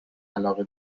علاقه